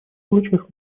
случаях